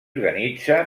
organitza